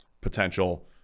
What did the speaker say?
potential